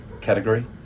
category